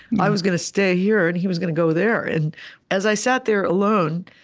i was going to stay here, and he was gonna go there. and as i sat there alone,